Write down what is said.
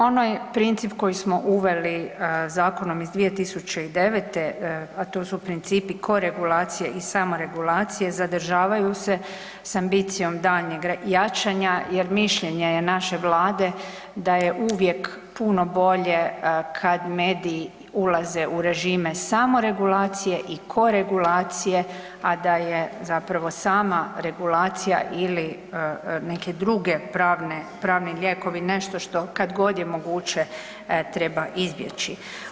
Onaj princip koji smo uveli zakonom iz 2009., a to principi koregulacije i samoregulacije zadržavaju s ambicijom daljnjeg jačanja jer mišljenje je naše Vlade da je uvijek puno bolje kad mediji ulaze u režime samoregulacije i koregulacije, a da je zapravo sama regulacija ili neki drugi pravni lijekovi nešto što kad god je moguće treba izbjeći.